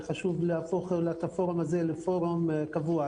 וחשוב להפוך את הפורום הזה לפורום קבוע.